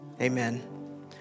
Amen